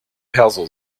perso